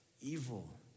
evil